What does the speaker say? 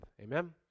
Amen